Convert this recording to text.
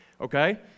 Okay